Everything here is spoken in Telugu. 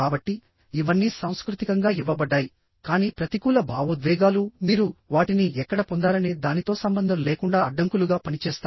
కాబట్టి ఇవన్నీ సాంస్కృతికంగా ఇవ్వబడ్డాయి కానీ ప్రతికూల భావోద్వేగాలు మీరు వాటిని ఎక్కడ పొందారనే దానితో సంబంధం లేకుండా అడ్డంకులుగా పనిచేస్తాయి